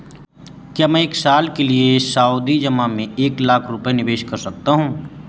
क्या मैं एक साल के लिए सावधि जमा में एक लाख रुपये निवेश कर सकता हूँ?